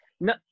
No